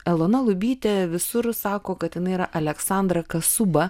elona lubytė visur sako kad jinai yra aleksandra kasuba